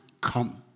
come